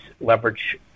leverage